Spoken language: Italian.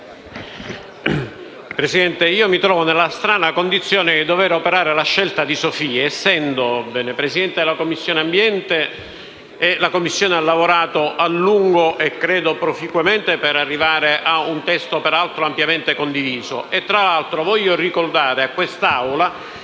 Presidente, mi trovo nella strana condizione di dovere operare “la scelta di Sophie”. Infatti, da Presidente della Commissione ambiente sottolineo che la Commissione ha lavorato a lungo - e credo proficuamente - per arrivare a un testo peraltro ampiamente condiviso. A tal proposito, voglio ricordare a questa